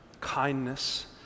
kindness